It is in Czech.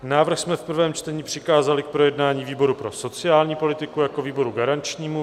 Návrh jsme v prvém čtení přikázali k projednání výboru pro sociální politiku jako výboru garančnímu.